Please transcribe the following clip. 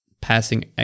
passing